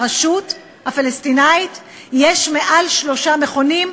ברשות הפלסטינית יש מעל שלושה מכונים,